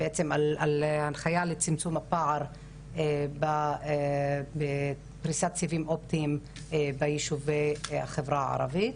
הנחיה לצמצום הפער בפריסה סיבים אופטיים ביישובי החברה הערבית.